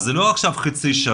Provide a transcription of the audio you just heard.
אז זה לא חצי שנה,